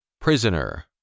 Prisoner